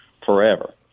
forever